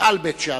מעל בית-שערים.